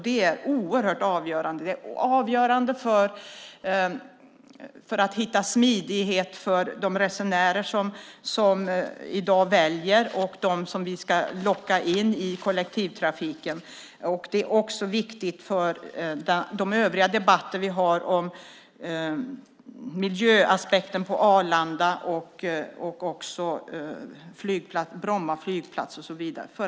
Det är avgörande för att hitta smidighet för de resenärer som i dag väljer att resa kollektivt och för de resenärer som vi ska locka in i kollektivtrafiken. Det är också viktigt för de övriga debatter vi har om miljöaspekten på Arlanda, Bromma flygplats och så vidare.